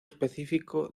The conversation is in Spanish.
específico